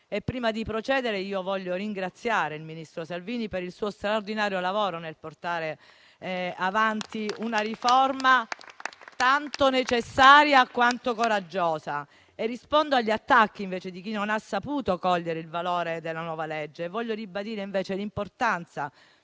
Prima di procedere, voglio ringraziare il ministro Salvini per il suo straordinario lavoro nel portare avanti una riforma tanto necessaria quanto coraggiosa. E rispondo agli attacchi di chi non ha saputo cogliere il valore della nuova legge. Voglio ribadire invece l'importanza